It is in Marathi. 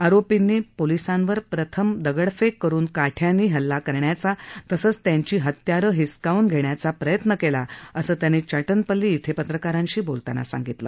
आरोपींनी पोलिसांवर प्रथम दगडफेक करुन काठ्यांनी हल्ला करण्याचा तसंच त्यांची हत्यारं हिसकावून घेण्याचाही प्रयत्न केला असं त्यांनी चाटनपल्ली धिं पत्रकारांशी बोलताना सांगितलं